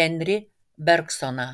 henri bergsoną